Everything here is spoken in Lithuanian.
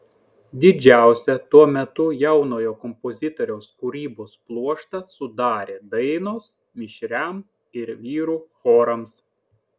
didžiausią tuo metu jaunojo kompozitoriaus kūrybos pluoštą sudarė dainos mišriam ir vyrų chorams